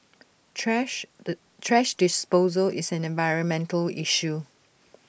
thrash thrash disposal is an environmental issue